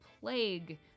plague